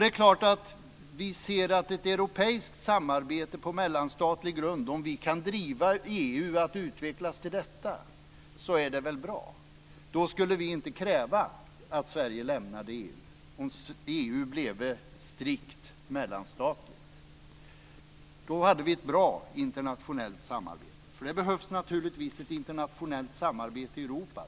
Det är klart att om vi kan driva EU till att utvecklas till ett europeiskt samarbete på mellanstatlig grund så är det väl bra. Då skulle vi inte kräva att Sverige lämnar EU, om EU blev strikt mellanstatligt. Då hade vi ett bra internationellt samarbete. Det behövs naturligtvis ett internationellt samarbete i Europa.